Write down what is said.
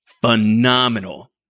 phenomenal